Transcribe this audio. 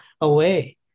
away